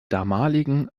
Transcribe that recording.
damaligen